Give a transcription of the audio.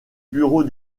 bureau